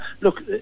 Look